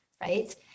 right